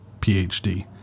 PhD